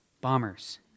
bombers